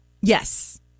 Yes